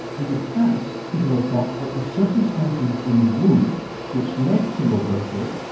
in the past, people have thought that the circumstances in the womb which led to low birth weight,